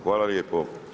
Hvala lijepo.